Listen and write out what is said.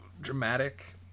dramatic